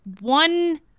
one